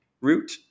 root